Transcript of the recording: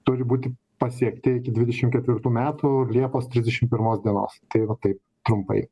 turi būti pasiekti iki dvidešimt ketvirtų metų liepos trisdešim pirmos dienos tai yra taip trumpai